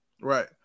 right